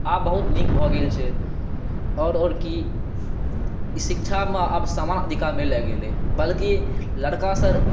आब बहुत नीक भऽ गेल छै आओर आओर की ई शिक्षामे आब समान अधिकार भए गेलै बल्कि लड़कासँ